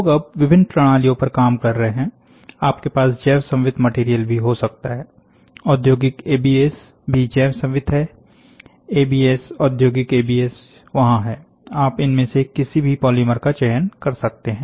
लोग अब विभिन्न प्रणालियों पर काम कर रहे हैं आपके पास जैवसंवित्त मटेरियल भी हो सकता है औद्योगिक एबीएस भी जैवसंवित्त है एबीएस औद्योगिक एबीएस वहाँ है आप इनमें से किसी भी पॉलीमर का चयन कर सकते हैं